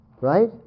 Right